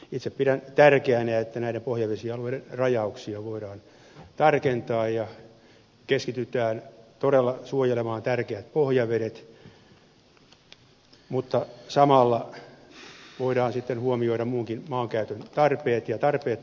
itse pidän tärkeänä että näiden pohjavesialueiden rajauksia voidaan tarkentaa ja keskitytään todella suojelemaan tärkeät pohjavedet mutta samalla voidaan sitten huomioida muunkin maankäytön tarpeet